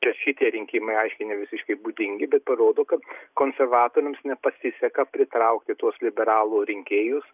čia šitie rinkimai aiškiai ne visiškai būdingi bet parodo kad konservatoriams nepasiseka pritraukti tuos liberalų rinkėjus